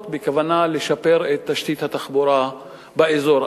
בכוונה לשפר את תשתית התחבורה באזור.